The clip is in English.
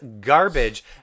garbage